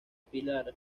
pilar